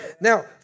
Now